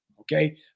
Okay